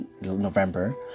November